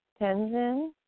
Tenzin